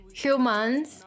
humans